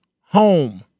home